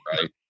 right